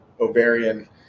ovarian